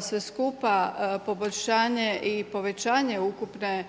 sve skupa poboljšanje i povećanje ukupne